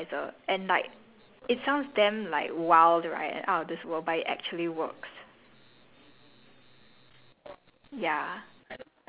ya and after that then I just after that then I just use moisturiser and like it sounds damn like wild right and out of this world but it actually works